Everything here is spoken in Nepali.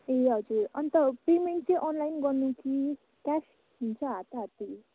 ए हजुर अनि त पेमेन्ट चाहिँ अनलाइन गर्नु कि क्यास हुन्छ हाथोहाथी